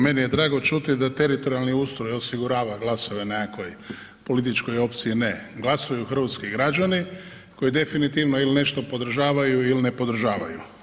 Meni je drago čuti da teritorijalni ustroj osigurava glasove nekakvoj političkoj opciji, ne, glasuju hrvatski gađani koji definitivno ili nešto podržavaju ili ne podržavaju.